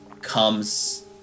comes